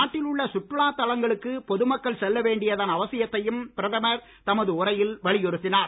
நாட்டில் உள்ள சுற்றுலா தளங்களுக்கு பொது மக்கள் செல்ல வேண்டியதன் அவசியத்தையும் பிரதமர் தமது உரையில் வலியுறுத்தினார்